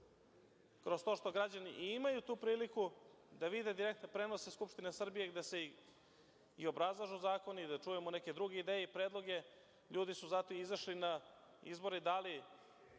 kroz to što građani imaju priliku da vide direktne prenose Skupštine Srbije, gde se i obrazlažu zakoni, da čujemo neke druge ideje i predloge, ljudi su zato i izašli na izbore, dali